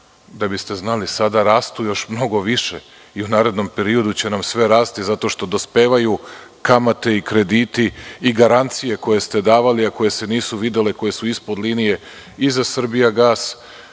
da biste znali, sada rastu mnogo više i u narednom periodu će nam sve rasti zato što dospevaju kamate i krediti i garancije koje ste davali, koje se nisu videle, koje su ispod linije, za „Srbijagas“